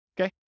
Okay